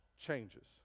changes